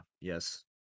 Yes